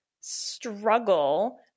struggle